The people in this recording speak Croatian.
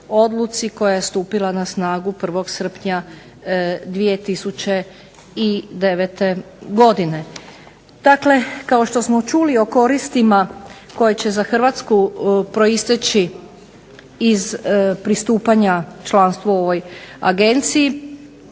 koja je stupila na snagu 1. srpnja 2009. godine. Dakle, kao što smo čuli o koristima koja će za Hrvatsku proisteći iz pristupanja članstvu u ovoj agenciji